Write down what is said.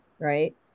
right